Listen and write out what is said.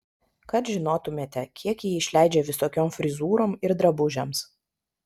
kad žinotumėte kiek ji išleidžia visokiom frizūrom ir drabužiams